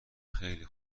خیلی